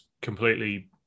completely